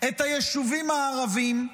את היישובים הערבים,